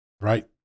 Right